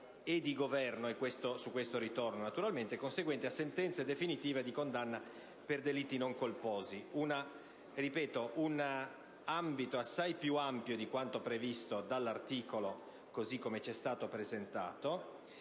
e di Governo - e su questo aspetto naturalmente ritornerò - conseguenti a sentenze definitive di condanna per delitti non colposi. Ripeto, si tratta di un ambito assai più ampio di quanto previsto dall'articolo, così come è stato presentato,